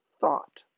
thought